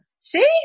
See